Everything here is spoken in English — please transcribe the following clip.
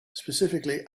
specifically